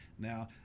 Now